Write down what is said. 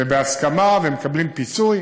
ובהסכמה, ומקבלים פיצוי.